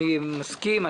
אני מסכים.